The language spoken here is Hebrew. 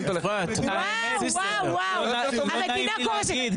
--- המדינה קורסת,